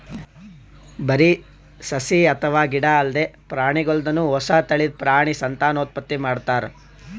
ಬರಿ ಸಸಿ ಅಥವಾ ಗಿಡ ಅಲ್ದೆ ಪ್ರಾಣಿಗೋಲ್ದನು ಹೊಸ ತಳಿದ್ ಪ್ರಾಣಿ ಸಂತಾನೋತ್ಪತ್ತಿ ಮಾಡ್ತಾರ್